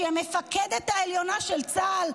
שהיא המפקדת העליונה של צה"ל,